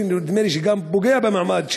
נדמה לי שזה גם פוגע במעמד שלה,